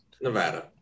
Nevada